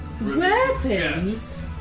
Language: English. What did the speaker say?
Weapons